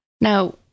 Now